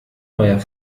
neuer